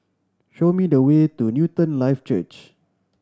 show me the way to Newton Life Church